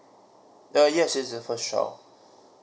err yes it's a first child